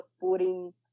putting